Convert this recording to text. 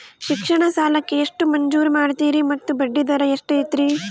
ಶಿಕ್ಷಣ ಸಾಲಕ್ಕೆ ಎಷ್ಟು ಮಂಜೂರು ಮಾಡ್ತೇರಿ ಮತ್ತು ಬಡ್ಡಿದರ ಎಷ್ಟಿರ್ತೈತೆ?